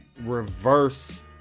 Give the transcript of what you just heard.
reverse